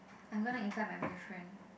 I'm gonna invite my boyfriend